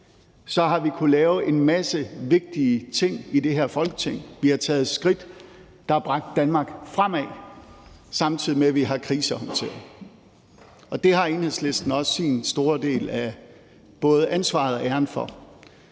så har kunnet lave en masse vigtige ting i det her Folketing. Vi har taget skridt, der har bragt Danmark fremad, samtidig med at vi har krisehåndteret, og det har Enhedslisten også sin store del af både ansvaret og æren for.